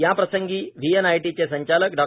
याप्रसंगी व्हीएनआयटी चे संचालक डॉ